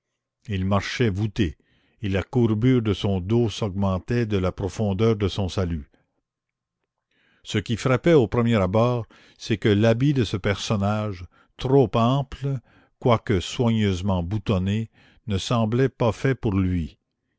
il marchait voûté et la courbure de son dos s'augmentait de la profondeur de son salut ce qui frappait au premier abord c'est que l'habit de ce personnage trop ample quoique soigneusement boutonné ne semblait pas fait pour lui